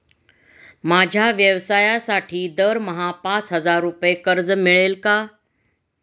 माझ्या व्यवसायासाठी दरमहा पाच हजार रुपये कर्ज मिळेल का?